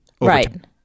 Right